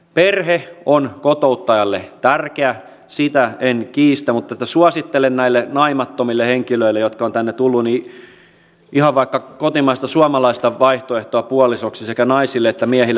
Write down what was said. perhe on kotouttajalle tärkeä sitä en kiistä mutta suosittelen näille naimattomille henkilöille jotka ovat tänne tulleet ihan vaikka kotimaista suomalaista vaihtoehtoa puolisoksi sekä naisille että miehille